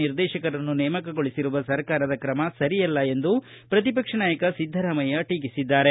ನಿರ್ದೇಶಕರನ್ನು ನೇಮಕಗೊಳಿಸಿರುವ ಸರ್ಕಾರದ ಕ್ರಮ ಸರಿಯಲ್ಲ ಎಂದು ಪ್ರತಿಪಕ್ಷ ನಾಯಕ ಸಿದ್ದರಾಮಯ್ಯ ಟೀಕಿಸಿದ್ದಾರೆ